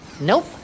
Nope